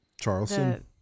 Charleston